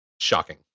Shocking